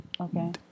Okay